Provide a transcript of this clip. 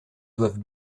doivent